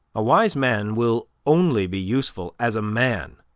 a wise man will only be useful as a man,